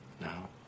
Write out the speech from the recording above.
Now